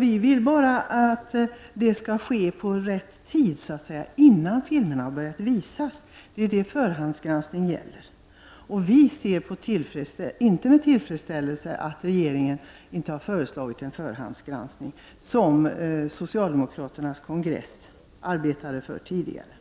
Vi vill bara att förbudet skall börja gälla från rätt tidpunkt, dvs. från det att filmen har börjat visas. Det är det förhandsgranskningen gäller. Jag ser inte med tillfredsställelse att regeringen inte har föreslagit en förhandsgranskning, vilket socialdemokraternas kongress arbetade för tidigare.